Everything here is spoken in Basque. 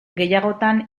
gehiagotan